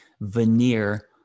veneer